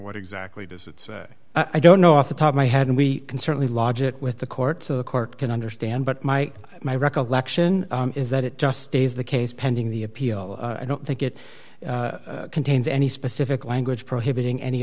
what exactly does it say i don't know off the top my head and we can certainly lodge it with the court so the court can understand but my recollection is that it just stays the case pending the appeal i don't think it contains any specific language prohibiting any